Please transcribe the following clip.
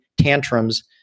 tantrums